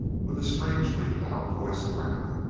with a strangely loud-voiced wrath.